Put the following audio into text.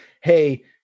hey